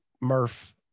Murph